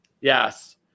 Yes